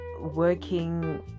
working